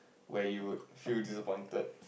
where you would feel disappointed